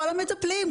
כל המטפלים.